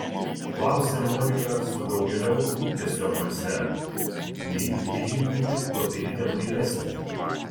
klausia monika su daugėliau lūkesio balse nei jei ji būtų kruopelytę blaivesnė